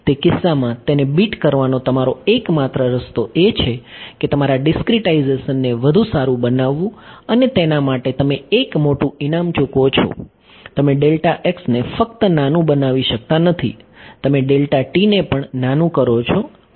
તે કિસ્સામાં તેને બીટ કરવાનો તમારો એકમાત્ર રસ્તો એ છે કે તમારા ડીસ્ક્રીટાઇઝેશનને વધુ સારું બનાવવું અને તેના માટે તમે એક મોટું ઇનામ ચૂકવો છો તમે ને ફક્ત નાનું બનાવી શકતા નથી તમે ને પણ નાનું કરો છો અને